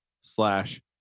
slash